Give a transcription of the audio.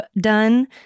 done